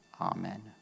Amen